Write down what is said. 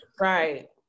Right